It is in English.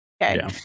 okay